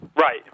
Right